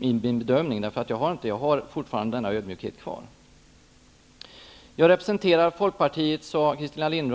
min bedömning. Fortfarande känner jag ödmjukhet inför den här frågan. Christina Linderholm sade att jag representerar Folkpartiet.